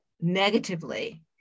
negatively